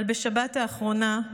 אבל בשבת האחרונה,